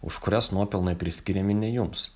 už kurias nuopelnai priskiriami ne jums